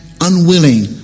unwilling